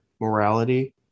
morality